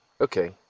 Okay